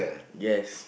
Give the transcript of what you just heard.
yes